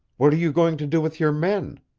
what are you going to do with your men?